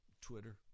Twitter